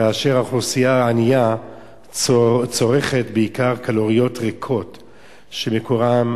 כאשר האוכלוסייה הענייה צורכת בעיקר קלוריות ריקות שמקורן,